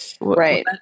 Right